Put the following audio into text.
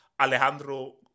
Alejandro